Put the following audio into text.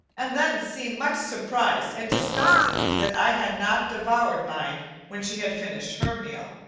and then seem much surprised and disgusted that i had not devoured mine when she had finished her meal.